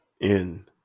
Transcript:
in-